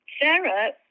Sarah